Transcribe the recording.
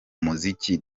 muziki